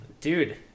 Dude